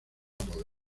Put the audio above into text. poder